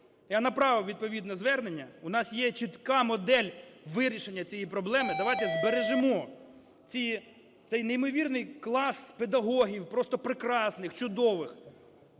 Я направив відповідне звернення. У нас є чітка модель вирішення цієї проблеми. Давайте збережемо цей неймовірний клас педагогів, просто прекрасних, чудових.